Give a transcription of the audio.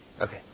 Okay